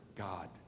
God